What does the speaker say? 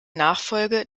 nachfolge